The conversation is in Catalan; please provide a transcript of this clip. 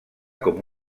com